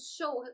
show